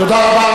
תודה רבה.